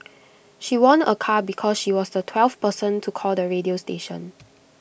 she won A car because she was the twelfth person to call the radio station